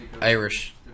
Irish